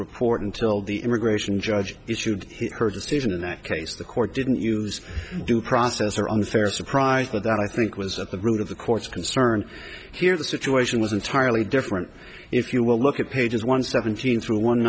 report until the immigration judge issued her decision in that case the court didn't use due process or unfair surprise that i think was at the root of the court's concern here the situation was entirely different if you will look at pages one seventeen through one